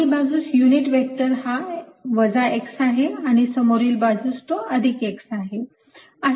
मागील बाजूस unit vector हा वजा x आहे आणि समोरील बाजूस तो अधिक x आहे